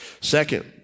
Second